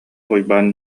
уйбаан